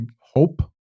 hope